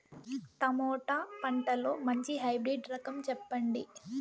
Tomato పంటలో మంచి hybrid రకం చెప్పండి?